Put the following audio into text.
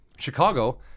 Chicago